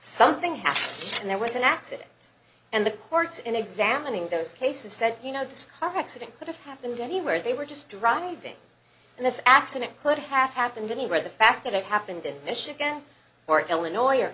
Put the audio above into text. something happened and there was an accident and the courts in examining those cases said you know it's complex it could have happened anywhere they were just drunk and this accident could have happened anywhere the fact that it happened in michigan or illinois or